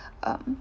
um